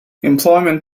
employment